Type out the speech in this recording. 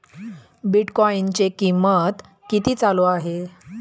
बिटकॉइनचे कीमत किती चालू आहे